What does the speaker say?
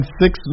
six